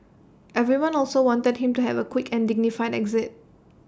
everyone also wanted him to have A quick and dignified exit